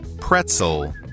Pretzel